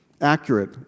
accurate